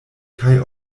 kaj